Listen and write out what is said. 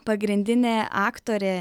pagrindinė aktorė